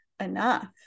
enough